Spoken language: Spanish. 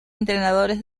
entrenadores